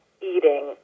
eating